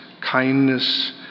kindness